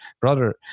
Brother